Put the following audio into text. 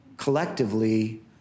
Collectively